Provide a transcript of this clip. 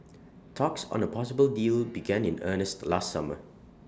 talks on A possible deal began in earnest last summer